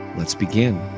let's begin.